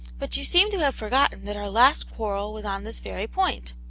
but you seem to have forgotten that our last quarrel was on this very point.